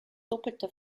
doppelter